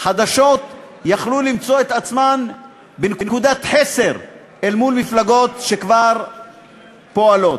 חדשות יכלו למצוא את עצמן בנקודת חסר אל מול מפלגות שכבר פועלות.